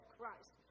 Christ